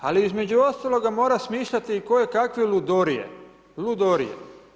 Ali između ostaloga mora smišljati i koje kakve ludorije, ludorije.